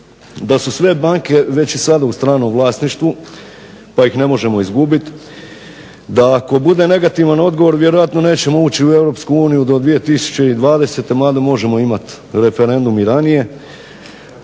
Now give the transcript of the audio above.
da su sve banke već i sada u stranom vlasništvu pa ih ne možemo izgubiti, da ako bude negativan odgovor vjerojatno nećemo ući u Europsku uniju do 2020. mada možemo imati referendum i ranije,